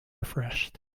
refreshed